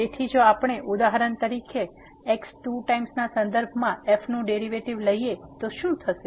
તેથી જો આપણે ઉદાહરણ તરીકે x ટુ ટાઈમ્સ ના સંદર્ભમાં f નું ડેરીવેટીવ લઈએ તો શું થશે